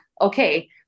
okay